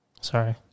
Sorry